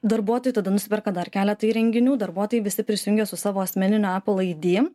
darbuotojų tada nusiperka dar keletą įrenginių darbuotojai visi prisijungę su savo asmeniniu apple id